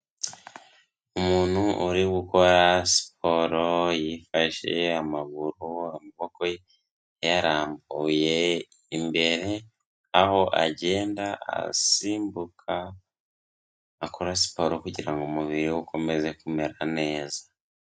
Umuntu uri gukora siporo yifashe amaguru, amaboko yarambuye imbere aho agenda asimbuka akora siporo kugirango umubiri we ukomeze kumera neza.